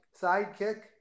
sidekick